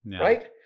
Right